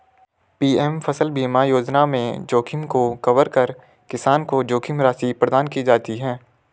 PM फसल बीमा योजना में जोखिम को कवर कर किसान को जोखिम राशि प्रदान की जाती है